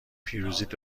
پیروزیت